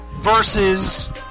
versus